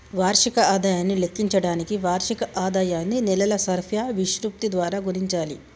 వార్షిక ఆదాయాన్ని లెక్కించడానికి వార్షిక ఆదాయాన్ని నెలల సర్ఫియా విశృప్తి ద్వారా గుణించాలి